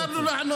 מותר לו לענות,